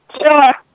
Sure